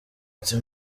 ati